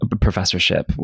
professorship